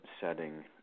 setting